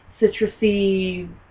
citrusy